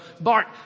Bart